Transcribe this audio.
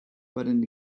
button